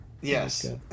Yes